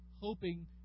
hoping